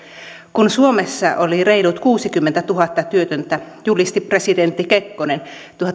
kun suomessa oli reilut kuusikymmentätuhatta työtöntä julisti presidentti kekkonen